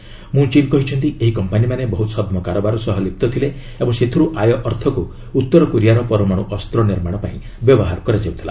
Shri Mnuchin କହିଛନ୍ତି ଏହି କମ୍ପାନିମାନେ ବହୁ ଛଦ୍କ କାରବାର ସହ ଲିପ୍ତ ଥିଲେ ଓ ସେଥିରୁ ଆୟ ଅର୍ଥକୁ ଉତ୍ତରକୋରିଆର ପରମାଣୁ ଅସ୍ତ୍ର ନିର୍ମାଣ ପାଇଁ ବ୍ୟବହାର କରାଯାଉଥିଲା